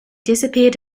disappeared